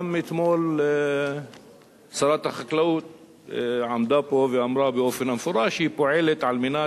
גם אתמול שרת החקלאות עמדה פה ואמרה באופן המפורש שהיא פועלת על מנת